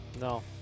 No